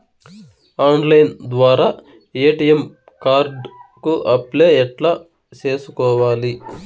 Online ద్వారా ATM card కు apply ఎట్లా సేసుకోవాలి?